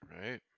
Right